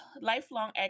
lifelong